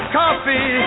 coffee